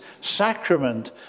sacrament